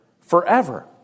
forever